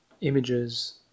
images